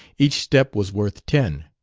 each step was worth ten.